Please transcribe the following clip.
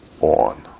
on